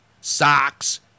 Socks